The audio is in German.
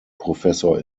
professor